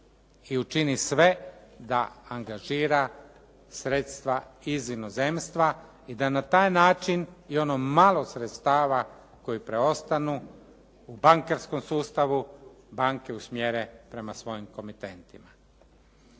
i učini sve da angažira sredstva iz inozemstva i da na taj način i ono malo sredstava koje preostanu u bankarskom sustavu banke usmjere prema svojim komitetima.